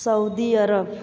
Saudi Arab